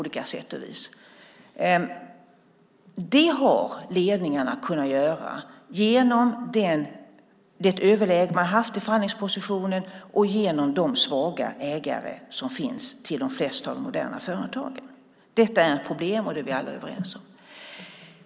Det har ledningarna kunnat göra genom det överläge som de haft i förhandlingspositionen och genom att de flesta moderna företag har svaga ägare. Det här är ett problem; det är vi alla överens om.